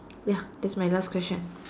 ya that's my last question